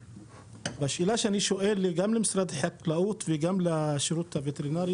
והשאלה שאני שואל גם למשרד החקלאות וגם לשירות הווטרינרי,